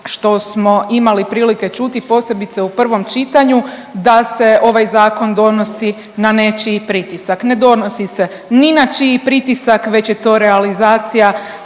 što smo imali prilike čuti, posebice u prvom čitanju, da se ovaj Zakon donosi na nečiji pritisak. Ne donosi se ni na čiji pritisak već je to realizacija